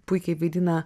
puikiai vaidina